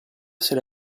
sede